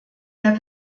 der